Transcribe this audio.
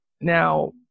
now